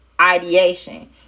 ideation